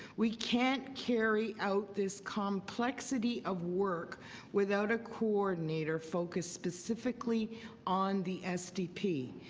we can't carry out this complexity of work without a coordinator focused specifically on the sdp.